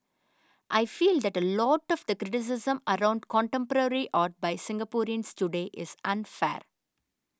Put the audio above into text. I feel that a lot of the criticism around contemporary art by Singaporeans today is unfair